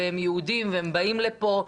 הם יהודים והם באים לפה,